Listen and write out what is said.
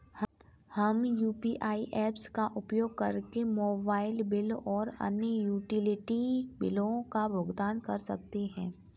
हम UPI apps का उपयोग करके मोबाइल बिल और अन्य यूटिलिटी बिलों का भुगतान कर सकते हैं